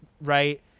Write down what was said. Right